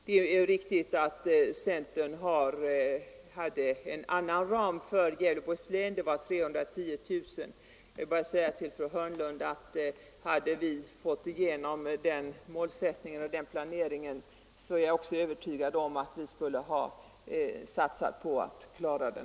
Det är riktigt att centern hade en annan ram för Gävleborgs län — nämligen 310 000. Hade vi fått igenom den målsättningen och planeringen är jag övertygad om att vi också skulle ha satsat på att klara den.